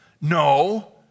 No